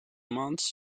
months